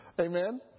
Amen